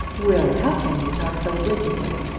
will, how can you talk so wickedly?